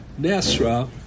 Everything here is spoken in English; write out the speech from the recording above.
Nasra